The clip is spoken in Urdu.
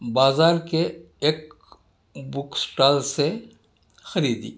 بازار کے ایک بک سٹال سے خریدی